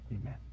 Amen